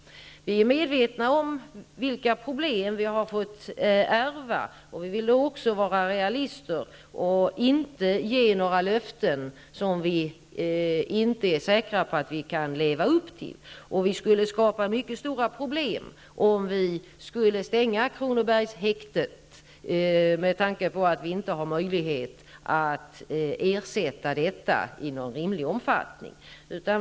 Vi är medvetna om vilka problem vi har fått ärva, och vi vill också vara realister och inte ge några löften som vi inte är säkra på att vi kan leva upp till. Vi skulle skapa mycket stora problem om vi skulle stänga Kronobergshäktet, med tanke på att vi inte har möjlighet att ersätta det i någon rimlig omfattning.